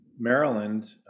Maryland